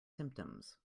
symptoms